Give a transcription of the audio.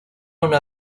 una